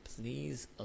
please